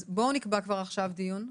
אז בואו נקבע כבר עכשיו דיון.